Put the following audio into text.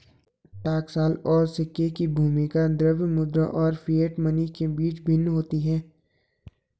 टकसाल और सिक्के की भूमिका द्रव्य मुद्रा और फिएट मनी के बीच भिन्न होती है